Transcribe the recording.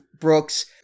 Brooks